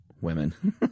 women